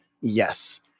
Yes